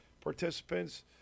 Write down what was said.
participants